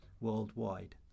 worldwide